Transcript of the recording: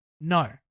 No